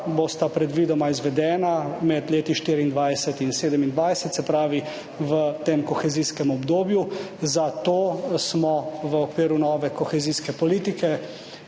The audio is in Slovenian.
bosta predvidoma izvedena med letoma 2024 in 2027, se pravi v tem kohezijskem obdobju. Za to smo v okviru nove kohezijske politike